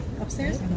upstairs